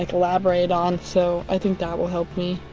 like elaborate on. so, i think that will help me.